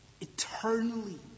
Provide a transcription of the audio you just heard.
eternally